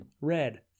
red